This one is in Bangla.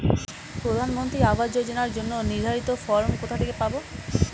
প্রধানমন্ত্রী আবাস যোজনার জন্য নির্ধারিত ফরম কোথা থেকে পাব?